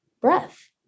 breath